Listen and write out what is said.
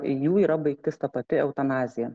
jų yra baigtis ta pati eutanazija